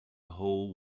whole